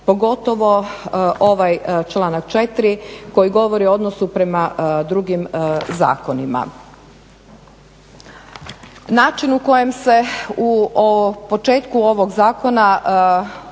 pogotovo ovaj članak 4. koji govori o odnosu prema drugim zakonima. Način u kojem se u početku ovog zakona uglavnom